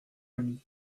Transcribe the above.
ami